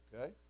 okay